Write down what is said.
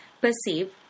perceive